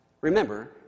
Remember